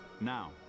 Now